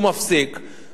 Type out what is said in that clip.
הוא מפסיק לקבל.